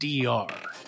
DR